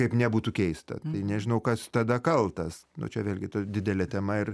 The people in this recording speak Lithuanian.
kaip nebūtų keista tai nežinau kas tada kaltas nu čia vėlgi ta didelė tema ir